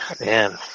Man